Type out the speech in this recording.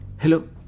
Hello